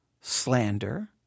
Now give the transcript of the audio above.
slander